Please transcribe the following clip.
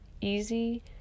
Easy